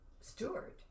Steward